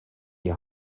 die